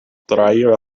traira